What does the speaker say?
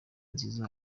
nziza